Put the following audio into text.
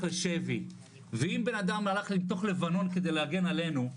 לשבי ואם בנאדם הולך לתוך לבנון כדי להגן עלינו,